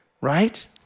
Right